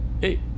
hey